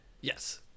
Yes